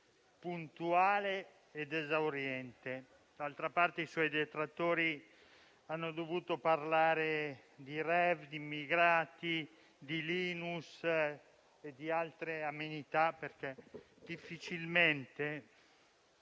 puntuale ed esauriente. D'altra parte, i suoi detrattori hanno dovuto parlare di *rave*, di immigrati, di Linus e di altre amenità, perché difficilmente